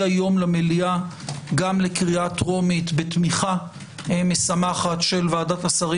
היום למליאה גם לקריאה טרומית בתמיכה משמחת של ועדת השרים